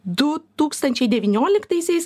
du tūkstančiai devynioliktaisiais